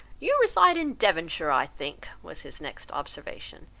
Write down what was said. you reside in devonshire, i think, was his next observation,